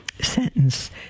sentence